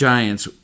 Giants